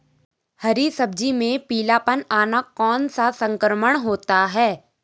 हरी सब्जी में पीलापन आना कौन सा संक्रमण होता है?